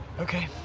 okay.